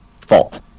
fault